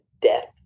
death